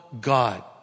God